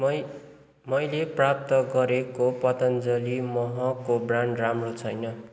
मै मैले प्राप्त गरेको पतञ्जली महको ब्रान्ड राम्रो छैन